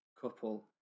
couple